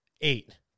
eight